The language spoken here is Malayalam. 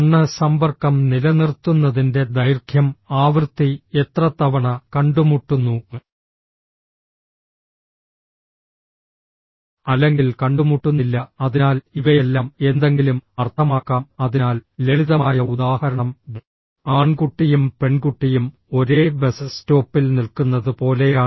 കണ്ണ് സമ്പർക്കം നിലനിർത്തുന്നതിന്റെ ദൈർഘ്യം ആവൃത്തി എത്ര തവണ കണ്ടുമുട്ടുന്നു അല്ലെങ്കിൽ കണ്ടുമുട്ടുന്നില്ല അതിനാൽ ഇവയെല്ലാം എന്തെങ്കിലും അർത്ഥമാക്കാം അതിനാൽ ലളിതമായ ഉദാഹരണം ആൺകുട്ടിയും പെൺകുട്ടിയും ഒരേ ബസ് സ്റ്റോപ്പിൽ നിൽക്കുന്നത് പോലെയാണ്